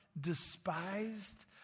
despised